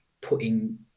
putting